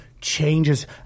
changes